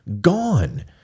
gone